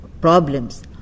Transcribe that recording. problems